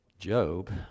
Job